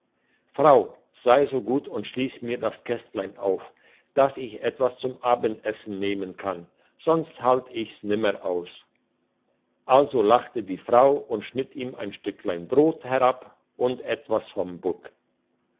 frau sei so gut und schliess mir das kästlein auf dass ich etwas zum abendessen nehmen kann sonst halt ich's nimmer aus also lachte die frau und schnitt ihm ein stücklein brot herab und etwas vom bug